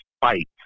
fight